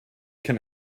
can